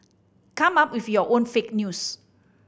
come up with your own fake news